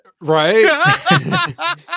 Right